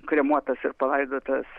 kremuotas ir palaidotas